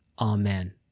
amen